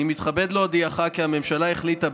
אני מתכבד להודיעך כי הממשלה החליטה,